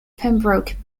pembroke